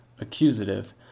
Accusative